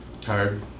Tired